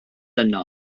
yno